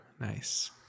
nice